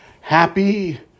Happy